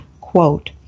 quote